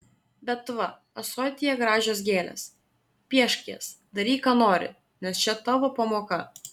bet va ąsotyje gražios gėlės piešk jas daryk ką nori nes čia tavo pamoka